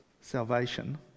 salvation